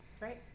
Right